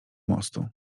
mostu